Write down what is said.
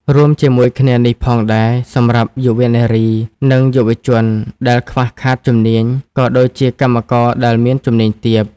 រួមជាមួយគ្នានេះផងដែរ សម្រាប់យុវនារី និងយុវជនដែលខ្វះខាតជំនាញ ក៏ដូចជាកម្មករដែលមានជំនាញទាប។